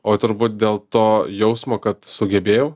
o turbūt dėl to jausmo kad sugebėjau